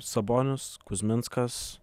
sabonis kuzminskas